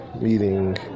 meeting